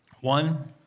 One